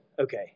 okay